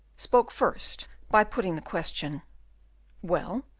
spoke first by putting the question well,